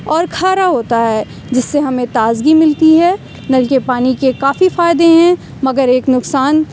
اور کھارا ہوتا ہے جس سے ہمیں تازگی ملتی ہے نل کے پانی کے کافی فائدے ہیں مگر ایک نقصان